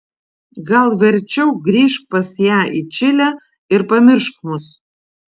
gal verčiau grįžk pas ją į čilę ir pamiršk mus